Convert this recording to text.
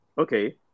okay